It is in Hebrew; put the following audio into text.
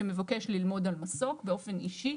שמבקש ללמוד על מסוק באופן אישי.